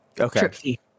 Okay